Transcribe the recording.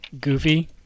Goofy